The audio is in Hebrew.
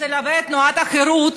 אצל אבות תנועת החרות,